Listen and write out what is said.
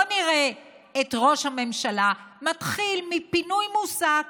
בואו נראה את ראש הממשלה מתחיל מפינוי מוסק